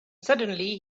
suddenly